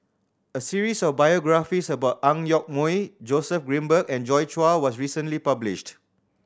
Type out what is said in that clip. a series of biographies about Ang Yoke Mooi Joseph Grimberg and Joi Chua was recently published